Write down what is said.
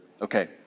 Okay